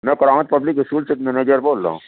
میں Karamat public school سے ایک منیجر بول رہا ہوں